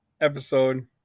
episode